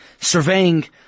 surveying